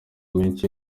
menshi